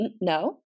No